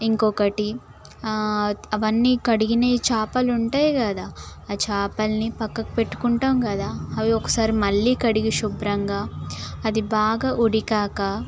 ఇంకొకటి అవన్నీ కడిగినవి చేపలు ఉంటాయి కదా ఆ చేపల్ని పక్కకు పెట్టుకుంటాం కదా అవి ఒకసారి మళ్ళీ కడిగి శుభ్రంగా అది బాగా ఉడికి నాక ఒక